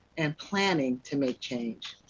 and planning, to make change.